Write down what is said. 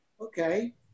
okay